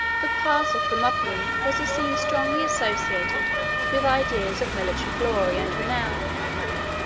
the pass of thermopylae was a scene strongly associated with ideas of military glory and renown.